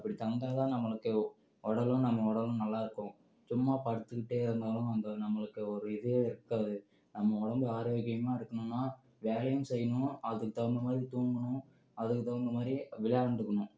அப்படி தந்தால் தான் நம்மளுக்கு உடலும் நம்ம உடலும் நல்லா இருக்கும் சும்மா படுத்துக்கிட்டு இருந்தாலும் அந்த நம்மளுக்கு ஒரு இதே இருக்காது நம்ம உடம்ப ஆரோக்கியமாக இருக்கணுன்னா வேலையும் செய்யணும் அதுக்கு தகுந்த மாதிரி தூங்கணும் அதுக்கு தகுந்த மாதிரி விளையாண்டுக்கணும்